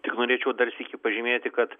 tik norėčiau dar sykį pažymėti kad